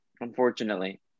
unfortunately